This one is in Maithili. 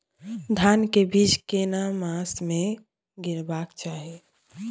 धान के बीज केना मास में गीराबक चाही?